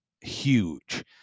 huge